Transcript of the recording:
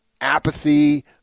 apathy